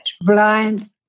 Blind